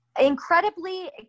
incredibly